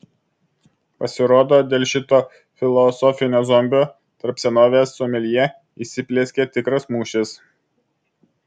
pasirodo dėl šito filosofinio zombio tarp senovės someljė įsiplieskė tikras mūšis